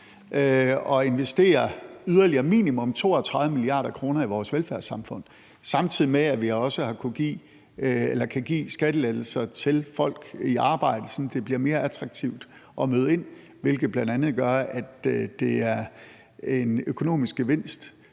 at investere yderligere minimum 32 mia. kr. i vores velfærdssamfund, samtidig med at vi også kan give skattelettelser til folk i arbejde, sådan at det bliver mere attraktivt at møde ind, hvilket bl.a. gør, at det er en økonomisk gevinst